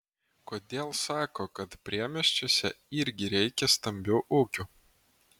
kodėl sako kad priemiesčiuose irgi reikia stambių ūkių